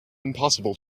impossible